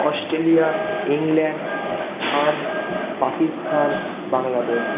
Australia England France Pakistan Bangladesh